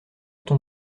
ton